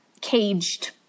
caged